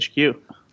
HQ